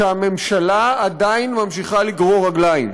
שהממשלה עדיין ממשיכה לגרור רגליים,